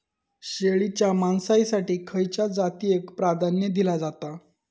शेळीच्या मांसाएसाठी खयच्या जातीएक प्राधान्य दिला जाता?